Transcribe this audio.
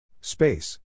Space